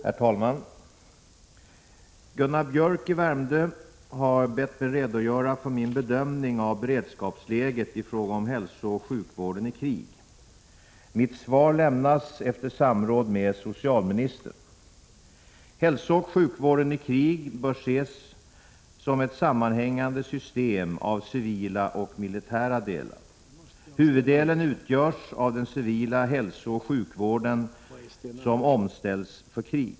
Herr talman! Gunnar Biörck i Värmdö har bett mig redogöra för min bedömning av beredskapsläget i fråga om hälsooch sjukvården i krig. Mitt svar lämnas efter samråd med socialministern. Hälsooch sjukvården i krig bör ses som ett sammanhängande system med civila och militära delar. Huvuddelen utgörs av den civila hälsooch sjukvården som omställts för krig.